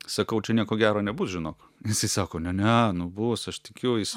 sakau čia nieko gero nebus žinok jisai sako ne ne nu bus aš tikiu jis